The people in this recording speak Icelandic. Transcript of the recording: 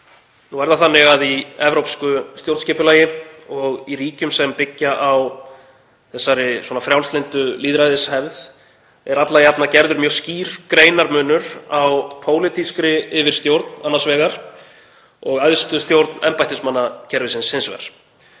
Nú er það þannig að í evrópsku stjórnskipulagi og í ríkjum sem byggja á þessari frjálslyndu lýðræðishefð er alla jafna gerður skýr greinarmunur á pólitískri yfirstjórn annars vegar og æðstu stjórn embættismannakerfisins hins vegar.